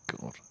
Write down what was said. God